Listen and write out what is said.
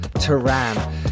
Turan